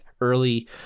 early